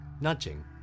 nudging